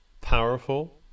powerful